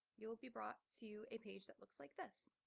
you will be brought to a page that looks like this.